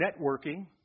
networking